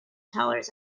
tellers